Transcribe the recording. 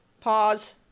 pause